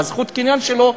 על זכות הקניין שלו,